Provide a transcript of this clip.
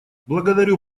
благодарю